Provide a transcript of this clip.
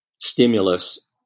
stimulus